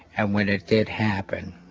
and when it did happen,